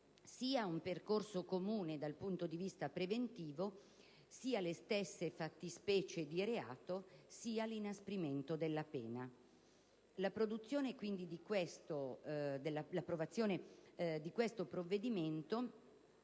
sia un percorso comune dal punto di vista preventivo, sia le stesse fattispecie di reato, sia l'inasprimento della pena.